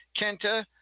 Kenta